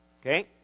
Okay